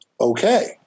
Okay